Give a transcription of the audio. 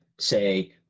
say